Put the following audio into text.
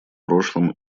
прошлом